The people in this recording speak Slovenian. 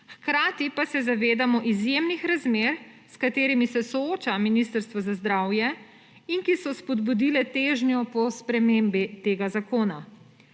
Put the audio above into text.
hkrati pa se zavedamo izjemnih razmer, s katerimi se sooča Ministrstvo za zdravje in ki so spodbudile težnjo po spremembi tega zakona.